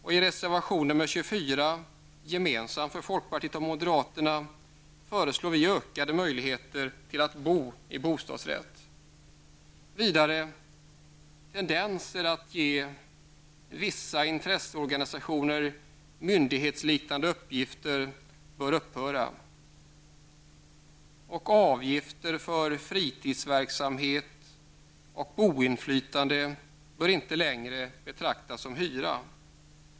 I reservation nr 24, gemensam för folkpartiet och moderaterna, föreslår vi ökade möjligheter att bo i bostadsrätt. Vidare bör tendenserna att ge vissa intresseorganisationer myndighetsliknande uppgifter upphöra. Avgifter för fritidsverksamhet och boinflytande bör inte längre betraktas som hyra.